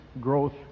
growth